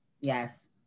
Yes